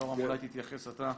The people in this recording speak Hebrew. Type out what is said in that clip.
יורם, אולי תתייחס אתה.